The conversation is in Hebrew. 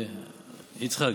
יצחק,